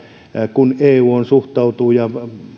kun eu suhtautuu positiivisesti ja